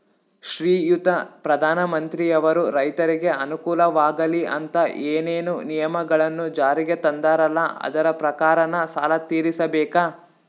ಶ್ರೀಯುತ ಪ್ರಧಾನಮಂತ್ರಿಯವರು ರೈತರಿಗೆ ಅನುಕೂಲವಾಗಲಿ ಅಂತ ಏನೇನು ನಿಯಮಗಳನ್ನು ಜಾರಿಗೆ ತಂದಾರಲ್ಲ ಅದರ ಪ್ರಕಾರನ ಸಾಲ ತೀರಿಸಬೇಕಾ?